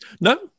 no